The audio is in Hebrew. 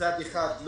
מצד אחד,